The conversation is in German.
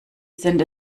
sind